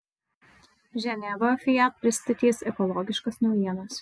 ženevoje fiat pristatys ekologiškas naujienas